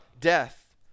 death